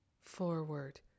forward